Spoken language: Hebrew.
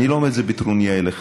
אני לא אומר את זה בטרוניה אליך.